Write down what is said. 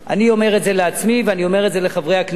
אני אומר את זה לעצמי ואני אומר את זה לחברי הכנסת: